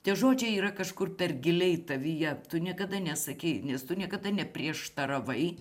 tie žodžiai yra kažkur per giliai tavyje tu niekada nesakei nes tu niekada neprieštaravai